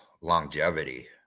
longevity